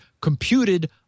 computed